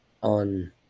on